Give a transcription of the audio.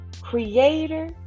creator